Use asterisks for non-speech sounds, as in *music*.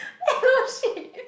*laughs* shit